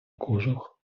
кожух